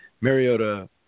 Mariota